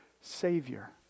Savior